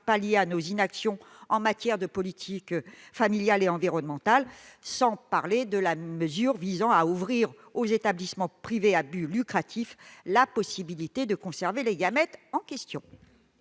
pallie-t-elle nos inactions en matière de politique familiale et environnementale ? Et je ne parle pas de la mesure visant à ouvrir aux établissements privés à but lucratif la possibilité de conserver les gamètes en question